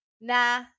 nah